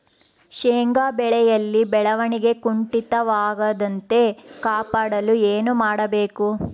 ಶೇಂಗಾ ಬೆಳೆಯಲ್ಲಿ ಬೆಳವಣಿಗೆ ಕುಂಠಿತವಾಗದಂತೆ ಕಾಪಾಡಲು ಏನು ಮಾಡಬೇಕು?